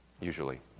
usually